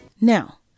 Now